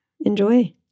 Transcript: enjoy